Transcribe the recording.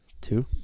Two